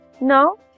Now